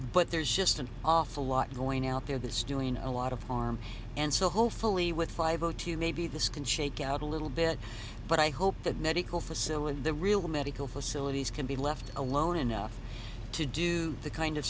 but there's just an awful lot going out there that stewing a lot of harm and so hopefully with five o two maybe this can shake out a little bit but i hope that medical facility the real medical facilities can be left alone enough to do the kind of